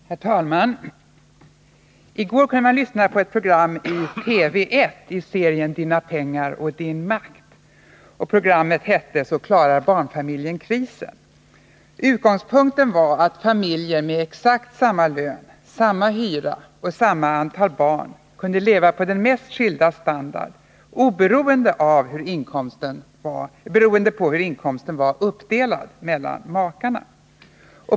Herr talman! I går kunde man lyssna på ett program i TV 1 i serien Dina pengar och Din makt. Programmet hette Så klarar barnfamiljen krisen. Utgångspunkten var att familjer med exakt samma lön, samma hyra och samma antal barn kunde leva på den mest skilda standard beroende på hur inkomsten var uppdelad mellan makarna.